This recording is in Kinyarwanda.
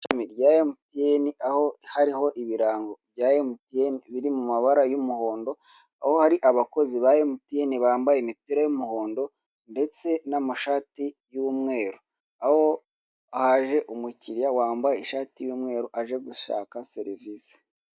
Rya mtn aho hariho ibirango bya mtn biri mu mabara y'umuhondo , aho hari abakozi ba mtn bambaye imipira y'umuhondo ndetse n'amashati y'umweru. Aho haje umukiriya wambaye ishati y'umweru aje gushaka serivise.